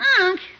Unc